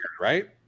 Right